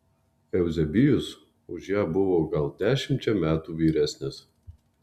euzebijus už ją buvo gal dešimčia metų vyresnis